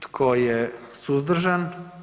Tko je suzdržan?